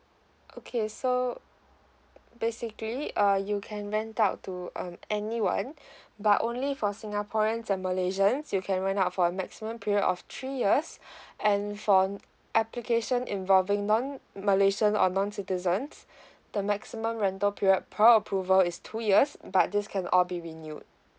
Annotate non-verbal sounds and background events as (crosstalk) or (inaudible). okay so basically uh you can rent out to um any one (breath) but only for singaporeans and malaysians you can rent out for a maximum period of three years (breath) and for application involving non malaysian or non citizens (breath) the maximum rental period per approval is two years but this can all be renewed